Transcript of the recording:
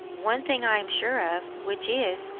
one thing i am sure of, which is,